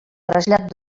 trasllat